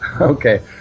Okay